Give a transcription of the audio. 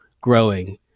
growing